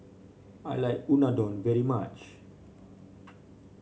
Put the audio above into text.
I like Unadon very much